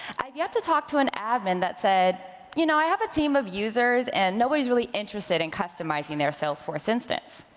i've yet to talk to an admin that said, you know i have a team of users, and nobody's really interested in customizing their salesforce instance.